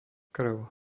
krv